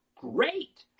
great